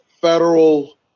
federal